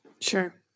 Sure